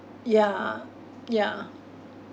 yeah yeah